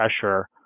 pressure